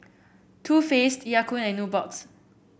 Too Faced Ya Kun and Nubox